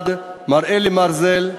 המשרד, מר אלי מרזל,